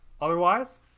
otherwise